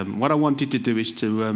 um what i wanted to do is to